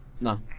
No